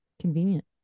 Convenient